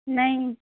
नहीं